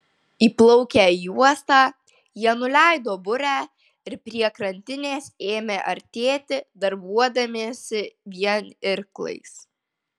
įplaukę į uostą jie nuleido burę ir prie krantinės ėmė artėti darbuodamiesi vien irklais